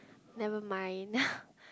nevermind